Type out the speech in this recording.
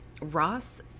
Ross